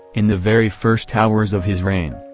in the very first hours of his reign,